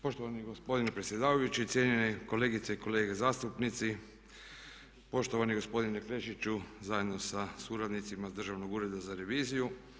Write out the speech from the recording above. Poštovani gospodine predsjedavajući, cijenjeni kolegice i kolege zastupnici, poštovani gospodine Krešiću zajedno sa suradnicima iz Državnog ureda za reviziju.